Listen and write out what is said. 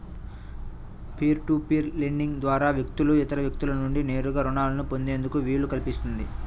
peer to peer lending ద్వారా వ్యక్తులు ఇతర వ్యక్తుల నుండి నేరుగా రుణాలను పొందేందుకు వీలు కల్పిస్తుంది